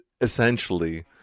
essentially